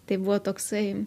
tai buvo toksai